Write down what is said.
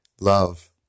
love